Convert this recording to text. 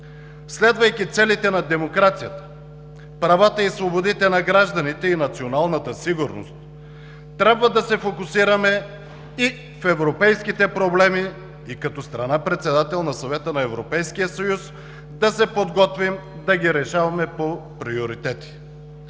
Следвайки целите на демокрацията, правата и свободите на гражданите и националната сигурност, трябва да се фокусираме и в европейските проблеми, и като страна – председател на Европейския съюз, да се подготвим да ги решаваме по приоритети.